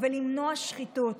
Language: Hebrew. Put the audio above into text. ולמנוע שחיתות.